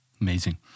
Amazing